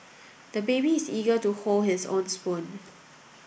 the baby is eager to hold his own spoon